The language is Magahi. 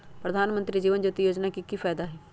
प्रधानमंत्री जीवन ज्योति योजना के की फायदा हई?